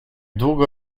długo